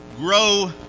grow